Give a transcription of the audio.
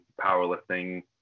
powerlifting